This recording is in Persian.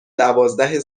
دوازده